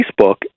Facebook